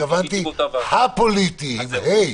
התכוונתי הפוליטי עם ה"א.